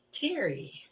Terry